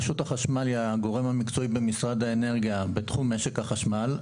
רשות החשמל היא הגורם המקצועי במשרד האנרגיה בתחום משק החשמל.